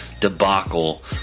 Debacle